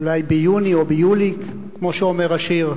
אולי ביוני או ביולי, כמו שאומר השיר,